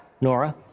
Nora